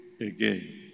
again